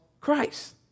Christ